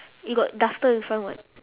you got duster in front [what]